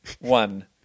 one